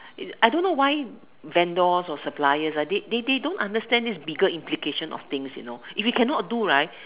I don't know why vendors or suppliers they they don't understand this bigger implications of things you know if you cannot do right